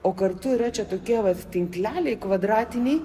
o kartu yra čia tokie vat tinkleliai kvadratiniai